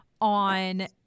on